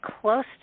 close